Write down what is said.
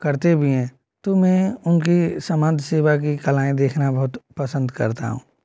करते भी हैं तो मैं उनकी समाज सेवा की कलाएँ देखना बहुत पसंद करता हूँ